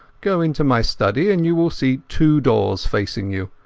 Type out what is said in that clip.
go into my study, and you will see two doors facing you.